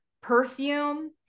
perfume